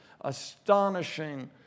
astonishing